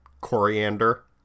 Coriander